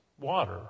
water